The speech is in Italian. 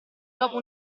dopo